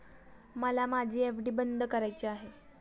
मला माझी एफ.डी बंद करायची आहे